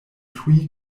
tuj